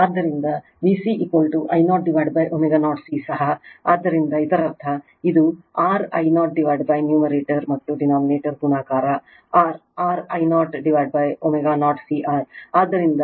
ಆದ್ದರಿಂದ VCI 0ω0 C ಸಹ ಆದ್ದರಿಂದ ಇದರರ್ಥ ಇದು R I 0 ನ್ಯೂಮರೇಟರ್ ಮತ್ತು ಡಿನೋಮಿನೇಟರ್ ಗುಣಾಕಾರ R R I 0ω0 C R ಆದ್ದರಿಂದ ಇದರರ್ಥ VC Q V